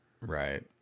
Right